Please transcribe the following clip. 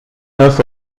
neuf